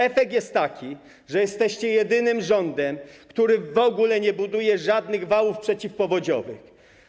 Efekt jest taki, że jesteście jedynym rządem, który w ogóle nie buduje żadnych wałów przeciwpowodziowych.